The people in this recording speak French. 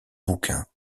bouquin